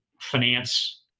finance